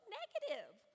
negative